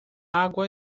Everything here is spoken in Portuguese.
água